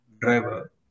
driver